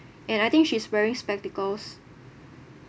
and I think she's wearing spectacles